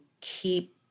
keep